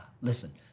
Listen